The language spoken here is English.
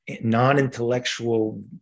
non-intellectual